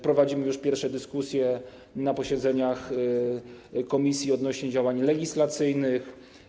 Prowadzimy już pierwsze dyskusje na posiedzeniach komisji odnośnie do działań legislacyjnych.